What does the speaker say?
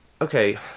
Okay